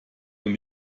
und